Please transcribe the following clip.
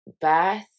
Birth